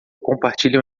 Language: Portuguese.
compartilham